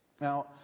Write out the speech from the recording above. Now